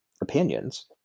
opinions